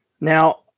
Now